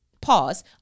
Pause